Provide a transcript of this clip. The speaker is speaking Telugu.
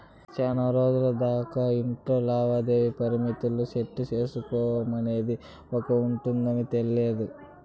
సేనారోజులు దాకా ఇట్లా లావాదేవీల పరిమితిని సెట్టు సేసుకోడమనేది ఒకటుందని తెల్వదు